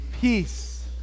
Peace